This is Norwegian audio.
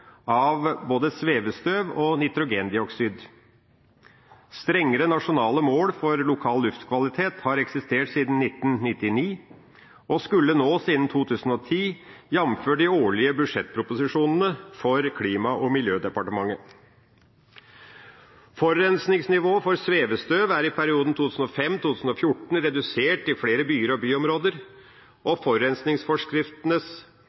av både svevestøv og nitrogendioksid. Strengere nasjonale mål for lokal luftkvalitet har eksistert siden 1999 og skulle nås innen 2010, jf. de årlige budsjettproposisjonene for Klima- og miljødepartementet. Forurensningsnivået for svevestøv er i perioden 2005–2014 redusert i flere byer og byområder,